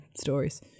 stories